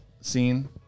scene